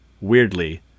weirdly